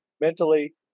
mentally